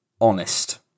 honest